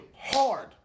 hard